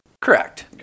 Correct